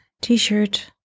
t-shirt